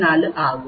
24 ஆகும்